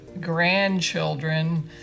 grandchildren